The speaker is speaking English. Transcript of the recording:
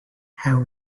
have